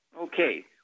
Okay